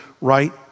right